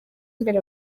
imbere